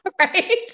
right